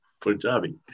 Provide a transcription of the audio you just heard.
Punjabi